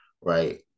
right